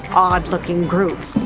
odd-looking group.